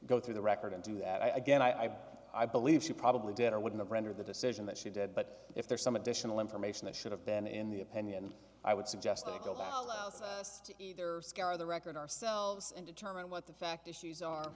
go through the record and do that i again i i believe she probably did or wouldn't render the decision that she did but if there's some additional information that should have been in the opinion i would suggest that you allow us to either scour the record ourselves and determine what the fact issues are